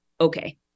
okay